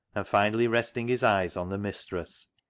and finally resting his eyes on the mistress,